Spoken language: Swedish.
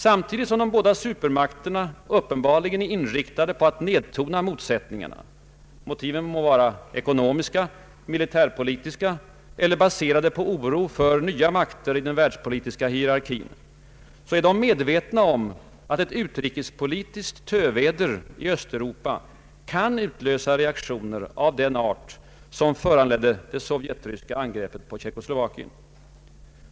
Samtidigt som de båda supermakterna uppenbarligen är inriktade på att nedtona motsättningarna — motiven må vara ekonomiska, militärpolitiska eller baserade på oro för nya makter i den världspolitiska hierarkin — är de medvetna om att ett utrikespolitiskt töväder i Östeuropa kan utlösa reaktio ner av den art som föranledde det sovjetryska angreppet på Tjeckoslovakien.